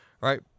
right